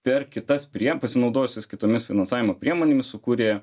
per kitas priem pasinaudojusios kitomis finansavimo priemonėmis sukūrė